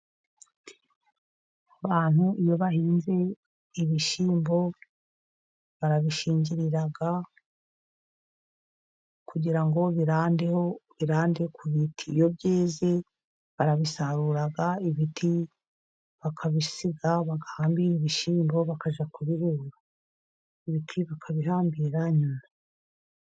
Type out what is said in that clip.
Abantu iyo bahinze ibishyimbo barabishingirira kugira ngo birande ku biti. Iyo byeze, barabisarura, ibiti bakabisiga bagahambira ibishyimbo, bakajya kubibika, ibiti bakabihambira nyuma.